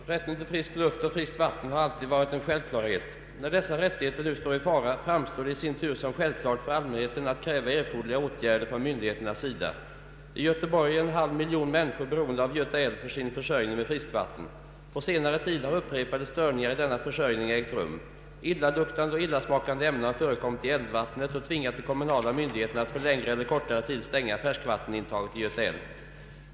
Herr talman! Rätten till frisk luft och friskt vatten har alltid varit en självklarhet. När dessa rättigheter nu står i fara framstår det i sin tur som självklart för allmänheten att kräva erforderliga åtgärder från myndigheternas sida. I Göteborg är en halv miljon människor beroende av Göta älv för sin försörjning med friskvatten. På senare tid har upprepade störningar i denna försörjning ägt rum. Illaluktande och illasmakande ämnen har förekommit i älvvattnet och tvingat de kommunala myndigheterna att för längre eller kortare tid stänga färskvattenintaget i Göta älv.